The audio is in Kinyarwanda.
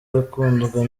akunzwe